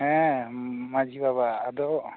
ᱦᱮᱸ ᱢᱟᱹᱡᱷᱤ ᱵᱟᱵᱟ ᱟᱫᱚ